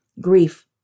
Grief